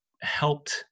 helped